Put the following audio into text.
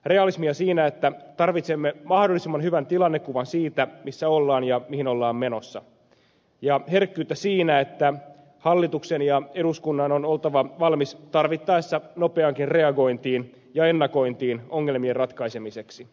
realismia siinä että tarvitsemme mahdollisimman hyvän tilannekuvan siitä missä ollaan ja mihin ollaan menossa ja herkkyyttä siinä että hallituksen ja eduskunnan on oltava valmis tarvittaessa nopeaankin reagointiin ja ennakointiin ongelmien ratkaisemiseksi